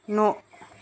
न'